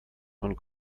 von